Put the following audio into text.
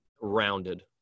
rounded